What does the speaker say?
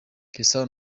cristiano